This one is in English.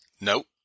Nope